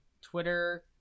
Twitter